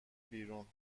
بیرون